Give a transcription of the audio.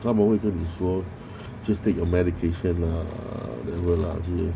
他们会跟你说 just take your medication lah then what lah 这些